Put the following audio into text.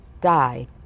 died